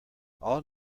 all